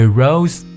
rose